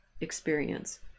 experience